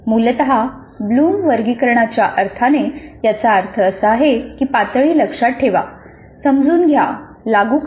मूलत ब्लूम वर्गीकरणाच्या अर्थाने याचा अर्थ असा आहे की पातळी लक्षात ठेवा समजून घ्या आणि लागू करा